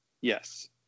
Yes